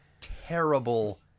terrible